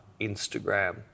Instagram